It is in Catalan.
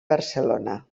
barcelona